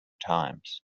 times